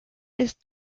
ist